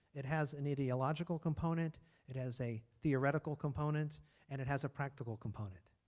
it has an ideological component it has a theoretical component and it has a practical component.